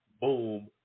boom